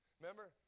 Remember